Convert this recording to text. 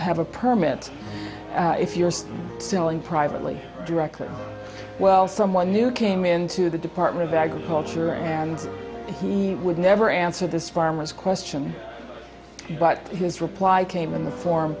have a permit if you're selling privately directly well someone new came into the department of agriculture and he would never answer this farmers question but his reply came in the form